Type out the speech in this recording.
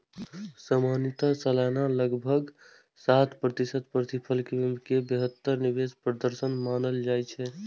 सामान्यतः सालाना लगभग सात प्रतिशत प्रतिफल कें बेहतर निवेश प्रदर्शन मानल जाइ छै